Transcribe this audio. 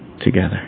together